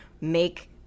make